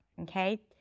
Okay